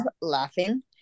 laughing